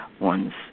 one's